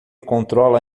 controla